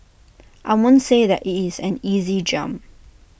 I won't say that IT is an easy jump